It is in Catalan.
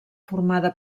formada